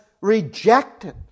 rejected